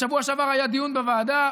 בשבוע שעבר היה דיון בוועדה,